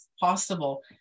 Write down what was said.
possible